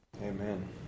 Amen